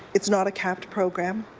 it's not a capped program.